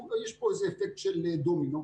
אם יהיה צורך לפרט לגבי נושאים שלא מופיעים במצגת,